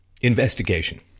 Investigation